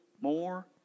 More